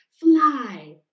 Fly